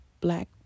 black